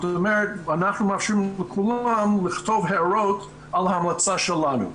אנחנו מאפשרים לכולם לכתוב הערות על ההמלצה שלנו.